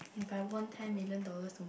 if I won ten million dollars